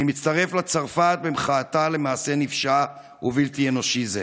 אני מצטרף לצרפת במחאתה על מעשה נפשע ובלתי אנושי זה.